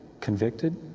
convicted